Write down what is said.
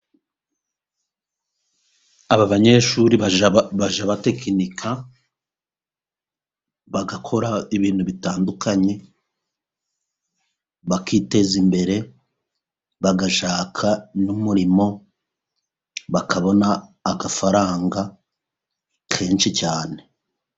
Aba banyeshuri bajya batekinika bagakora ibintu bitandukanye, bakiteza imbere bagashaka n'umurimo, bakabona amafaranga menshi cyane.